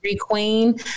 queen